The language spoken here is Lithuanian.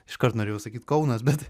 iškart norėjau sakyt kaunas bet